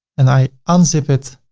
and i unzip it.